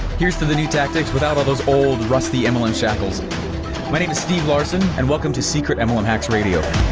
here's to the new tactics without all those old, rusty mlm shackles. my name is steve larsen and welcome to secret and mlm hacks radio.